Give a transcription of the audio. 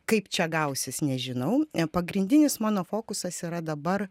kaip čia gausis nežinau pagrindinis mano fokusas yra dabar